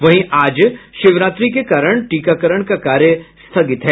वहीं आज शिवरात्रि के कारण टीकाकरण का कार्य स्थगित है